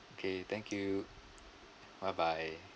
okay thank you bye bye